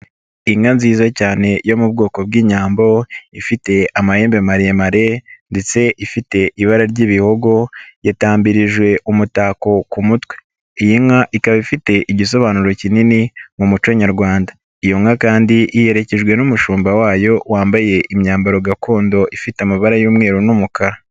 Inka nziza cyane yo mu bwoko bw'inyambo ifite amahembe maremare ndetse ifite ibara ry'ibihogo yatambirijwe umutako ku mutwe. Iyi nka ikaba ifite igisobanuro kinini mu muco nyarwanda iyo nka kandi iherekejwe n'umushumba wayo wambaye imyambaro gakondo ifite amabara y'umweru n'umukara.